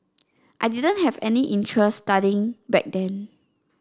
I didn't have any interest studying back then